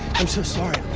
i'm so sorry.